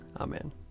Amen